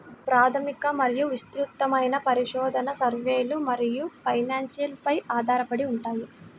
ప్రాథమిక మరియు విస్తృతమైన పరిశోధన, సర్వేలు మరియు ఫైనాన్స్ పై ఆధారపడి ఉంటాయి